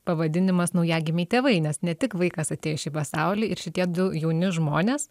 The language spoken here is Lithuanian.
pavadinimas naujagimiai tėvai nes ne tik vaikas atėjo į šį pasaulį ir šitie du jauni žmonės